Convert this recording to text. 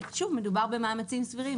שוב, מדובר במאמצים סבירים.